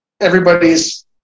everybody's